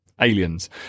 aliens